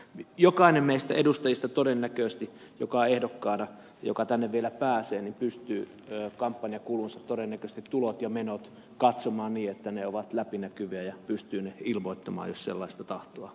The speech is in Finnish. jokainen meistä edustajista joka on ehdokkaana ja joka tänne vielä pääsee todennäköisesti pystyy kampanjansa tulot ja menot katsomaan niin että ne ovat läpinäkyviä ja pystyy ne ilmoittamaan jos sellaista tahtoa on